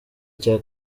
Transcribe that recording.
cya